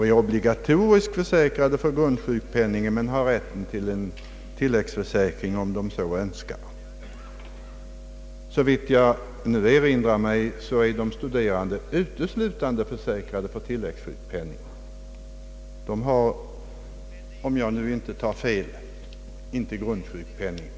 De är obligatoriskt försäkrade för grundsjukpenningen och har rätt till tilläggssjukpenning, om de så önskar, De studerande är, såvitt jag nu erinrar mig, uteslutande försäkrade för tilläggssjukpenning och har sålunda ingen försäkring för grundsjukpenning.